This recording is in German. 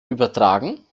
übertragen